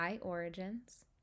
Origins